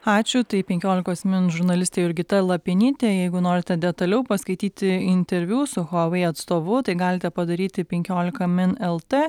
ačiū tai penkiolikos min žurnalistė jurgita lapienytė jeigu norite detaliau paskaityti interviu su huawei atstovu tai galite padaryti penkiolika min lt